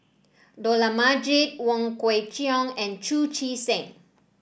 Dollah Majid Wong Kwei Cheong and Chu Chee Seng